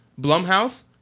Blumhouse